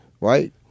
right